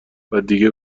ودیگه